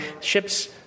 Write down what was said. ships